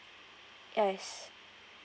yes